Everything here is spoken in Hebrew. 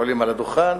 עולים לדוכן,